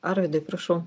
arvydai prašau